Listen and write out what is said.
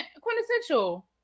Quintessential